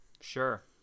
Sure